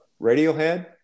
Radiohead